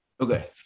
Okay